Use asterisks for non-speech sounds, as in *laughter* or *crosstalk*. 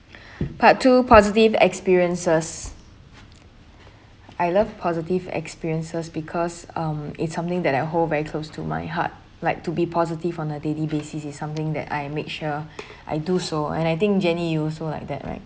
*breath* part two positive experiences I love positive experiences because um it's something that I hold very close to my heart like to be positive on a daily basis is something that I make sure I do so and I think jennie you also like that right